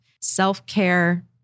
self-care